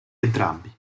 entrambi